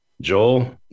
Joel